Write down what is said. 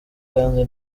kandi